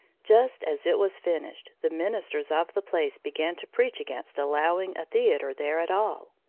just as it was finished, the ministers of the place began to preach against allowing a theater there at all.